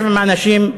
האנשים,